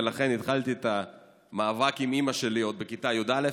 ולכן התחלתי את המאבק עם אימא שלי עוד בכיתה י"א.